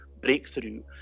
breakthrough